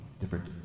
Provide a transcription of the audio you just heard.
different